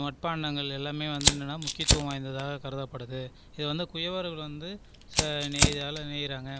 மண்பாண்டங்கள் எல்லாமே வந்து என்னெனா முக்கியத்துவம் வாய்ந்ததாக கருதப்படுது இது வந்து குயவர்கள் வந்து இதால் நெய்கிறாங்க